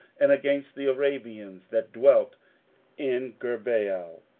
and against the arabians that dwelt in gurbaal,